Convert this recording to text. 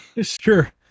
sure